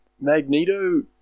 Magneto